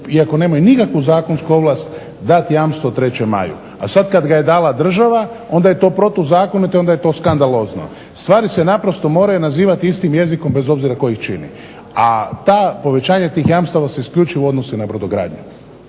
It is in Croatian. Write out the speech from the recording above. iako nemaju nikakvu zakonsku ovlast dati jamstvo 3. Maju, a sada kada ga je dala država onda je to protuzakonito onda je to skandalozno. Stvari se naprosto moraju nazivati istim jezikom bez obzir tko ih čini. A ta povećanja tih jamstava se isključivo odnose na brodogradnju.